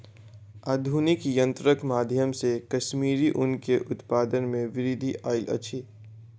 आधुनिक यंत्रक माध्यम से कश्मीरी ऊन के उत्पादन में वृद्धि आयल अछि